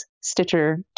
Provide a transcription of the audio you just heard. Stitcher